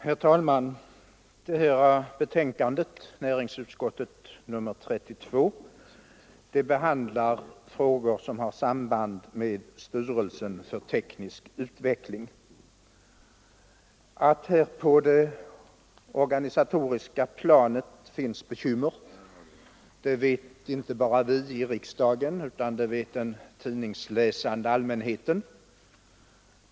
Herr talman! Näringsutskottets betänkande nr 32 behandlar frågor som har samband med styrelsen för teknisk utveckling. Att här på det organisatoriska planet finns bekymmer vet inte bara vi i riksdagen, utan det vet också den tidningsläsande allmänheten.